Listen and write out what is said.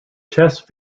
chess